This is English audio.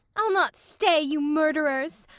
i'll not stay, you murderers.